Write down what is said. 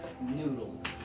noodles